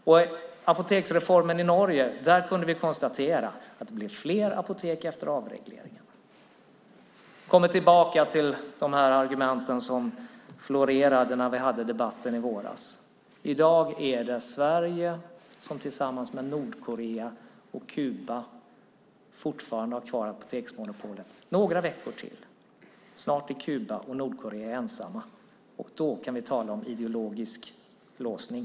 Vid apoteksreformen i Norge kunde vi konstatera att det blev fler apotek efter avregleringen. Jag kommer tillbaka till de argument som florerade när vi hade debatten i våras. I dag är det Sverige som i några veckor till tillsammans med Nordkorea och Kuba fortfarande har kvar apoteksmonopolet. Snart är Kuba och Nordkorea ensamma. Där kan vi tala om ideologisk låsning.